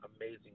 amazing